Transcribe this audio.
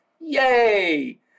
Yay